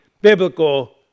biblical